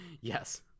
Yes